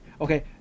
Okay